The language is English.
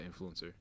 influencer